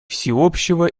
всеобщего